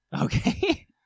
Okay